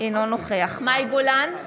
אינו נוכח מאי גולן,